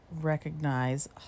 recognize